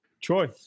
Troy